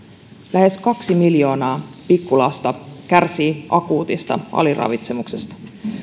lähes kaksi miljoonaa pikkulasta kärsii akuutista aliravitsemuksesta